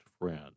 friend